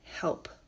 help